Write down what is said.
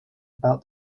about